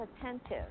attentive